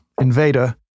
invader